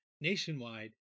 nationwide